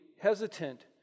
hesitant